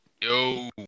Yo